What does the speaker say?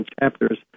chapters